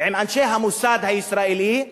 עם אנשי המוסד הישראלי,